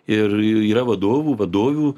ir yra vadovų vadovių